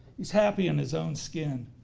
he's happy in his own skin.